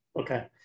Okay